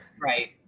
Right